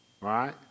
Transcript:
Right